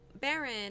baron